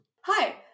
Hi